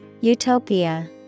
Utopia